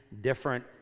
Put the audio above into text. different